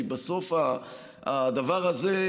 כי בסוף הדבר הזה,